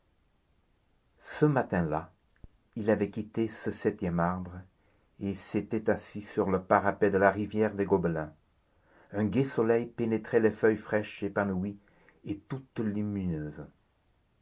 ce matin-là il avait quitté ce septième arbre et s'était assis sur le parapet de la rivière des gobelins un gai soleil pénétrait les feuilles fraîches épanouies et toutes lumineuses